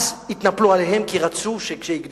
אז התנפלו עליהם כי רצו שכשהם יגדלו,